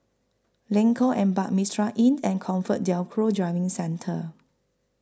Lengkok Empat Mitraa Inn and ComfortDelGro Driving Centre